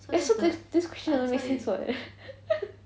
ya so this question doesn't make sense [what]